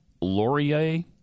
laurier